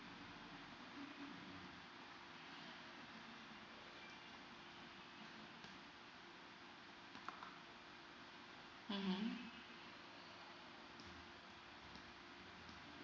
(mmhm)